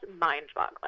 mind-boggling